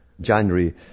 January